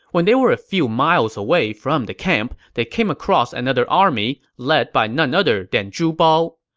when they were a few miles away from the camp, they came across another army, led by none other than zhu bao.